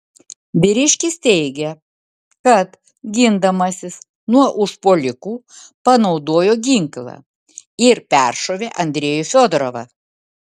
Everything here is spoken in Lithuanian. vyriškis teigė kad gindamasis nuo užpuolikų panaudojo ginklą ir peršovė andrejų fiodorovą